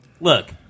Look